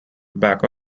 back